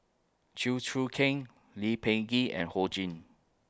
Chew Choo Keng Lee Peh Gee and Ho Ching